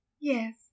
Yes